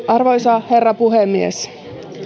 arvoisa herra puhemies